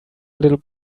little